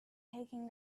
taking